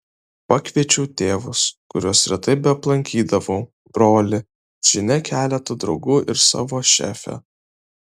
pakviečiau tėvus kuriuos retai beaplankydavau brolį žinia keletą draugų ir savo šefę